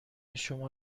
شما